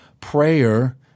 Prayer